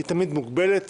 היא תמיד מוגבלת,